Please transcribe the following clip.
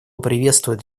приветствует